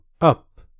up